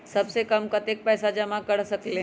सबसे कम कतेक पैसा जमा कर सकेल?